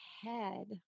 head